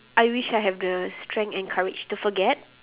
I wish I have the strength and courage to forget